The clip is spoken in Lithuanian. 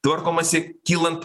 tvarkomasi kylant